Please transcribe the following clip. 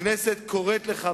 הכנסת קוראת לך,